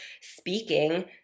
speaking